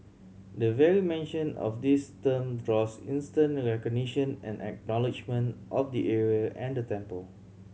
the very mention of this term draws instant recognition and acknowledgement of the area and the temple